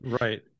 right